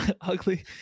ugly